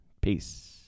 peace